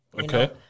Okay